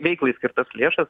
veiklai skirtas lėšas